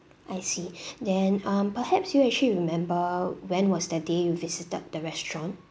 I see then um perhaps do you actually remember when was the day you visited the restaurant